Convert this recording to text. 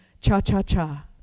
Cha-Cha-Cha